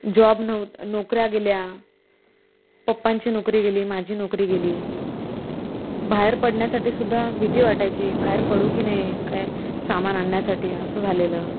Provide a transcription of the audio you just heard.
job नव्ह नोकऱ्या गेल्या पप्पांची नोकरी गेली माझी नोकरी गेली बाहेर पडण्यासाठी सुद्धा भीती वाटायची बाहेर पडू की नाही काही सामान आणण्यासाठी असं झालेलं